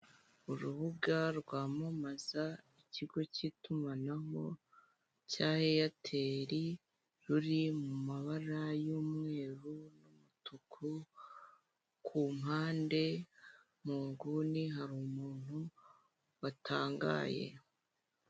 Urubuga rwamamaza ikigo k'itumanaho cya eyateri ruri mu mabara y'umweru n'umutuku, ku mpande mu nguni hari umuntu watangaye.